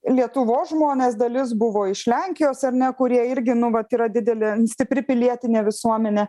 lietuvos žmonės dalis buvo iš lenkijos ar ne kurie irgi nu vat yra didelė stipri pilietinė visuomenė